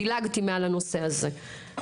דילגתי מעל הנושא הזה.